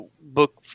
book